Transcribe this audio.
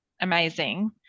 Amazing